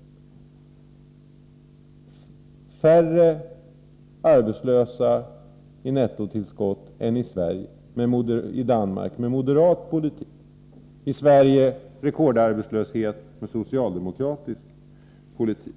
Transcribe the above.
I Danmark färre arbetslösa i nettotillskott med moderat politik — i Sverige rekordarbetslöshet med socialdemokratisk politik.